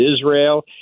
Israel